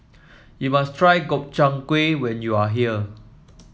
you must try Gobchang Gui when you are here